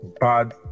bad